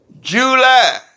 July